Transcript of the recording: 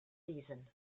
season